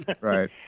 Right